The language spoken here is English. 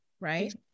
Right